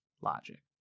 logic